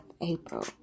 April